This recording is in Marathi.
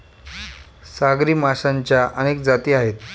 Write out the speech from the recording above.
सागरी माशांच्या अनेक जाती आहेत